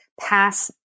pass